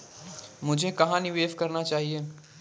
मुझे कहां निवेश करना चाहिए?